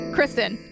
Kristen